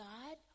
God